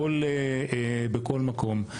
בכל מקום.